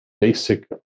basic